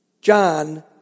John